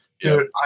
Dude